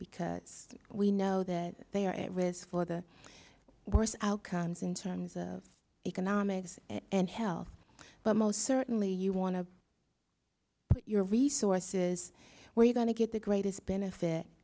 because we know that they are with for the worst outcomes in terms of economics and health but most certainly you want to put your resources where you're going to get the greatest benefit